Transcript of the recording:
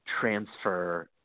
transfer